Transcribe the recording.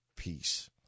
peace